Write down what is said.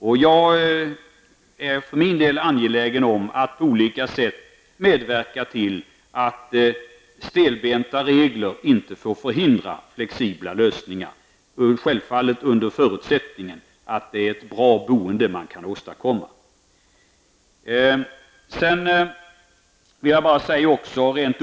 För min del är jag angelägen om att på olika sätt medverka till att stelbenta regler inte förhindrar flexibla lösningar, självfallet under förutsättning att man kan åstadkomma ett bra boende.